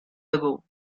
ago